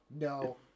No